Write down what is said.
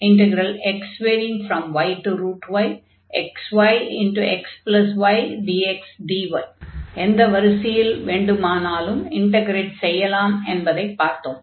y01xyyxyxydxdy எந்த வரிசையில் வேண்டுமானாலும் இன்டக்ரேட் செய்யலாம் என்பதைப் பார்த்தோம்